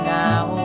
now